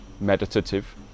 meditative